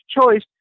choice